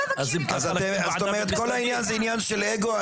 אז את אומרת שכל העניין זה עניין של אגו?